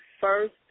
first